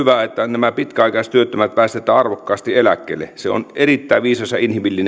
nämä pitkäaikaistyöttömät päästetään arvokkaasti eläkkeelle se on erittäin viisas ja inhimillinen teko nythän on